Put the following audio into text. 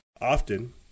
often